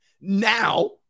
Now